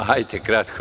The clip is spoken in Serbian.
Hajte, kratko.